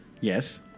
Yes